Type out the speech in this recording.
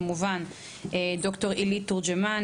ד״ר אילית טורג׳מן,